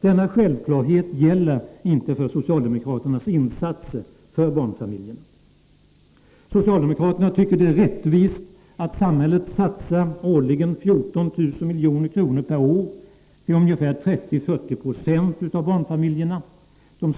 Denna självklarhet gäller dock inte för socialdemokraternas insatser för barnfamiljerna. Socialdemokraterna tycker att det är rättvist att samhället årligen satsar ungefär 14 000 milj.kr. per år till 30 ä 40 Jo av barnfamiljerna.